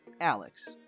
Alex